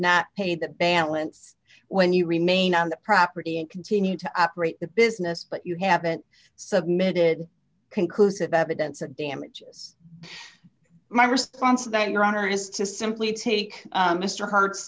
not pay the balance when you remain on the property and continue to operate the business but you haven't submitted conclusive evidence of damages my response to that your honor is to simply take mr kurt